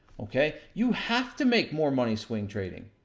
okay? you have to make more money, swing trading,